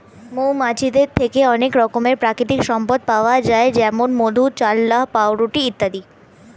মৌমাছিদের থেকে অনেক রকমের প্রাকৃতিক সম্পদ পাওয়া যায় যেমন মধু, চাল্লাহ্ পাউরুটি ইত্যাদি